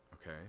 okay